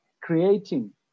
creating